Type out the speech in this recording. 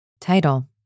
Title